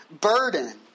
burden